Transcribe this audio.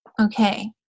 okay